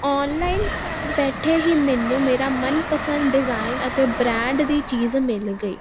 online ਘਰ ਬੈਠੇ ਹੀ ਮੈਨੂੰ ਮੇਰਾ ਮਨ ਪਸੰਦ ਡਿਜਾਇਨ ਅਤੇ ਬ੍ਰਾਂਡ ਦੀ ਚੀਜ਼ ਮਿਲ ਗਈ